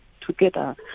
together